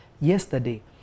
yesterday